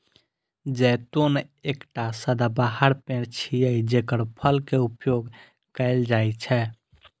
जैतून एकटा सदाबहार पेड़ छियै, जेकर फल के उपयोग कैल जाइ छै